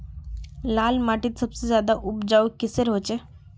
लाल माटित सबसे ज्यादा उपजाऊ किसेर होचए?